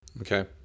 Okay